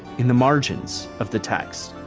in the margins of the text.